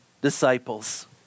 disciples